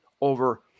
over